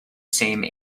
same